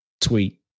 tweet